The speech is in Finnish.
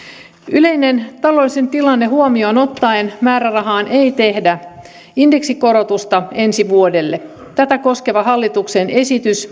yleinen taloudellinen tilanne huomioon ottaen määrärahaan ei tehdä indeksikorotusta ensi vuodelle tätä koskeva hallituksen esitys